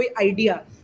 idea